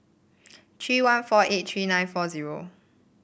three one four eight three nine four zero